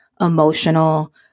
emotional